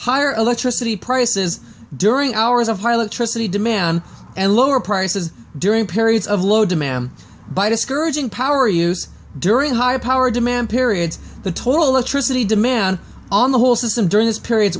higher electricity prices during hours of pilot tricity demand and lower prices during periods of low demand by discouraging power use during high power demand periods the total electricity demand on the whole system during these period